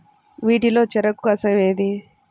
వీటిలో చెరకు కషాయం ఏది?